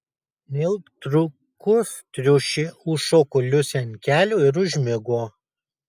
neilgtrukus triušė užšoko liusei ant kelių ir užmigo